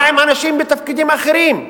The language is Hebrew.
מה עם אנשים בתפקידים אחרים?